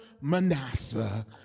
Manasseh